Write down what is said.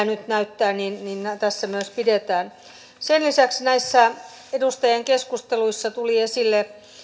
nyt näyttää tässä myös pysytään sen lisäksi näissä edustajien keskusteluissa tuli esille